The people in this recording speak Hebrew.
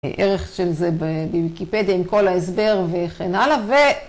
ערך של זה בוויקיפדיה עם כל ההסבר וכן הלאה, ו...